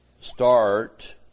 start